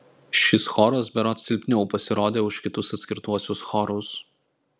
šis choras berods silpniau pasirodė už kitus atskiruosius chorus